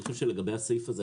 אני חושב שלגבי הסעיף הזה,